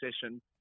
session